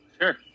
Sure